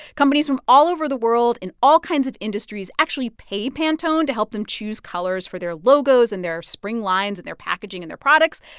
companies from all over the world in all kinds of industries actually pay pantone to help them choose colors for their logos and their spring lines and their packaging and their products.